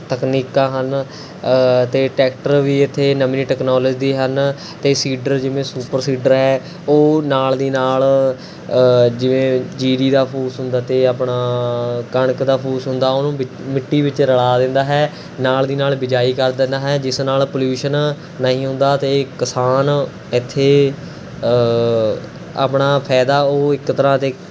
ਤਕਨੀਕਾਂ ਹਨ ਅਤੇ ਟਰੈਕਟਰ ਵੀ ਇੱਥੇ ਨਵੀਂ ਟਕਨੋਲਜ ਦੇ ਹਨ ਅਤੇ ਸੀਡਰ ਜਿਵੇਂ ਸੁਪਰ ਸੀਡਰ ਹੈ ਉਹ ਨਾਲ਼ ਦੀ ਨਾਲ਼ ਜਿਵੇਂ ਜ਼ੀਰੀ ਦਾ ਫੂਸ ਹੁੰਦਾ ਅਤੇ ਆਪਣਾ ਕਣਕ ਦਾ ਫੂਸ ਹੁੰਦਾ ਉਹਨੂੰ ਵਿ ਮਿੱਟੀ ਵਿੱਚ ਰਲ਼ਾ ਦਿੰਦਾ ਹੈ ਨਾਲ਼ ਦੀ ਨਾਲ਼ ਬਿਜਾਈ ਕਰ ਦਿੰਦਾ ਹੈ ਜਿਸ ਨਾਲ਼ ਪੋਲਿਊਸ਼ਨ ਨਹੀਂ ਹੁੰਦਾ ਅਤੇ ਕਿਸਾਨ ਇੱਥੇ ਆਪਣਾ ਫਾਇਦਾ ਉਹ ਇੱਕ ਤਰ੍ਹਾਂ ਤੋਂ